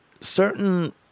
Certain